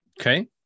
Okay